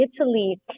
Italy